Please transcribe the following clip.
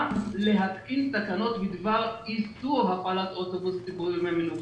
להפעיל תקנות בדבר איסור הפעלת אוטובוס ציבורי בימי מנוחה.